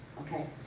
okay